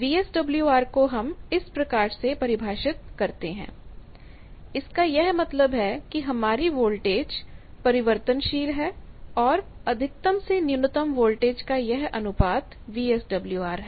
VSWR को हम इस प्रकार से परिभाषित करते हैं VSWR V max V min इसका यह मतलब है कि हमारी वोल्टेज परिवर्तनशील हैऔर अधिकतम से न्यूनतम वोल्टेज का यह अनुपात वीएसडब्ल्यूआर है